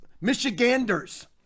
Michiganders